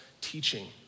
teaching